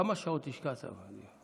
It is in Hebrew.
כמה שעות השקעת בדיונים?